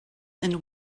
and